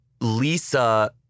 lisa